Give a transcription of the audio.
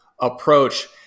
approach